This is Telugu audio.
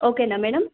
ఓకేనా మేడమ్